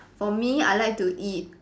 for me I like to eat